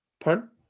Pardon